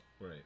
Right